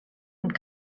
und